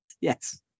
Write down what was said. Yes